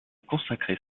consacré